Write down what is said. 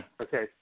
Okay